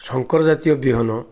ଶଙ୍କର ଜାତୀୟ ବିହନ